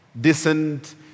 decent